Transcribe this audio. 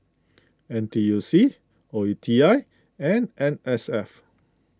N T U C O E T I and M S F